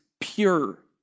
pure